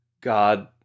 God